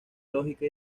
lógica